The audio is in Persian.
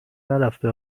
نرفته